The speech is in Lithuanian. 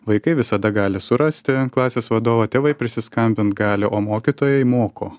vaikai visada gali surasti klasės vadovą tėvai prisiskambint gali o mokytojai moko